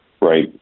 Right